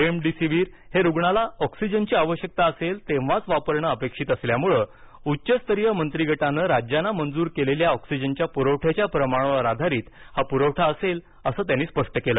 remdesivir हे रुग्णाला ऑक्सिजनची आवश्यकता असेल तेव्हाच वापरणं अपेक्षित असल्यामुळं उच्चस्तरीय मंत्रिगटानं राज्यांना मंजूर केलेल्या ऑक्सिजनच्या पुरवठ्याच्या प्रमाणावर आधारित हा पुरवठा असेल असं त्यांनी स्पष्ट केलं